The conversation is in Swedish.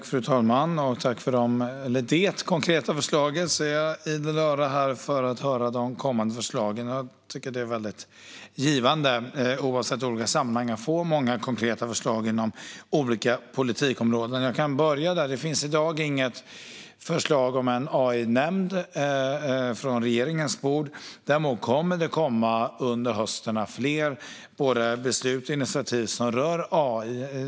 Fru talman! Tack för det konkreta förslaget från Josef Fransson! Jag är idel öra för att höra de kommande förslagen, för jag tycker att det är väldigt givande, oavsett sammanhang, att få många konkreta förslag inom olika politikområden. Jag kan börja med att säga att det i dag inte finns något förslag om en AI-nämnd från regeringens bord. Däremot kommer det under hösten att komma fler beslut och initiativ som rör AI.